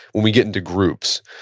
when we get into groups,